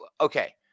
okay